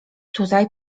tutaj